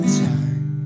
time